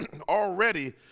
already